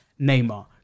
Neymar